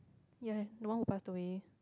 ya no one who passed away